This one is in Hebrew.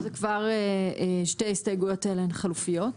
שתי ההסתייגויות האלה הן חלופיות.